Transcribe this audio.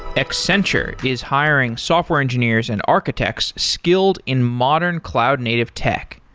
accenture is hiring software engineers and architects skilled in modern cloud native tech.